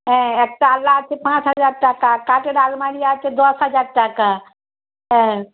হ্যাঁ একটা আলনা আছে পাঁচ হাজার টাকা কাঠের আলমারি আছে দশ হাজার টাকা হ্যাঁ